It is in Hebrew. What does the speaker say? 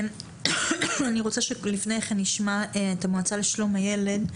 אני רוצה שנשמע את המועצה לשלום את הילד,